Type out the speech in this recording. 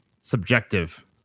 subjective